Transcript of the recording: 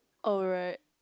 alright